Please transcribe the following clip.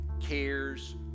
cares